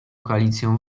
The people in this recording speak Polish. koalicją